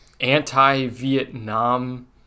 anti-Vietnam